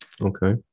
okay